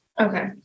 Okay